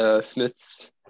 Smith's